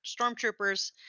Stormtroopers